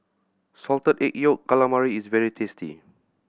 Salted Egg Yolk Calamari is very tasty